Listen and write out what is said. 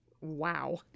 Wow